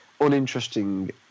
Uninteresting